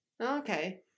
Okay